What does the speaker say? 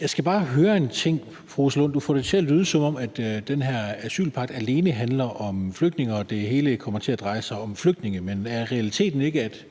Jeg skal bare høre en ting. Fru Rosa Lund, du får det til at lyde, som om den her asylpagt alene handler om flygtninge – og det hele kommer til at dreje sig om flygtninge. Men er realiteten ikke, at